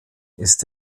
ist